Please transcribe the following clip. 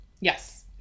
yes